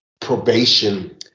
probation